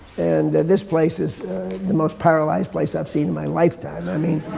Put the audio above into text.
and this place is the most paralyzed place i've seen in my lifetime. i mean